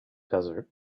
desert